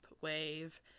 wave